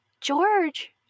George